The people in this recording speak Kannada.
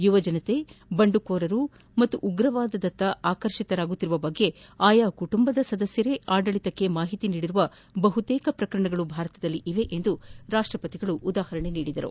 ಯುವಜನರು ಬಂಡುಕೋರ ಮತ್ತು ಉಗ್ರವಾದದತ್ತ ಆಕರ್ಷಿತರಾಗುತ್ತಿರುವ ಬಗ್ಗೆ ಆಯಾ ಕುಟುಂಬದ ಸದಸ್ಟರೇ ಆಡಳಿತಕ್ಕೆ ಮಾಹಿತಿ ನೀಡಿರುವ ಬಹುತೇಕ ಪ್ರಕರಣಗಳು ಭಾರತದಲ್ಲಿವೆ ಎಂದು ರಾಷ್ಟಪತಿ ಉದಾಹರಣೆ ನೀಡಿದರು